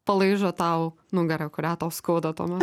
palaižo tau nugarą kurią tau skauda tuomet